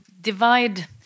divide